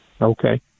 Okay